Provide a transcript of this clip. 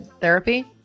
therapy